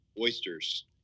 Oysters